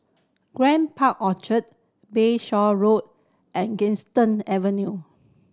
Grand Park Orchard Bayshore Road and Galistan Avenue